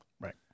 Right